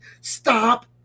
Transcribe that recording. Stop